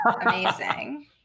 Amazing